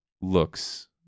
looks